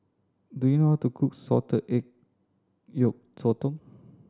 do you know how to cook salted egg yolk sotong